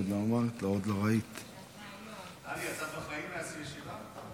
טלי, יצאת בחיים מהישיבה?